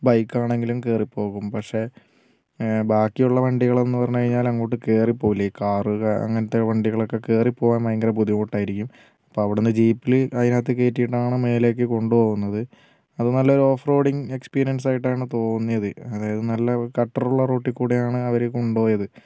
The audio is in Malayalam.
ബൈക്ക് ആണെങ്കിലും കേറിപ്പോകും പക്ഷേ ബാക്കി ഉള്ള വണ്ടികള് എന്നു പറഞ്ഞു കഴിഞ്ഞാൽ അങ്ങോട്ട് കേറിപ്പോകില്ല ഈ കാർ അങ്ങിനത്തെ വണ്ടികളൊക്കെ കേറിപ്പോകൻ ഭയങ്കര ബുദ്ധിമുട്ട് ആയിരിക്കും അപ്പോൾ അവിടെന്ന് ജീപ്പിൽ അതിനകത്തേക്ക് കേറ്റിയിട്ടാണ് മേലേക്ക് കൊണ്ടുപോകുന്നത് അത് നല്ല ഓഫ് റോഡിങ് എക്സ്പീരിയൻസ് ആയിട്ടാണ് തോന്നിയത് അതായത് നല്ല ഘട്ടർ ഉള്ള റോട്ടിൽ കൂടെ ആണ് അവരു കൊണ്ടുപോയത്